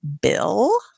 Bill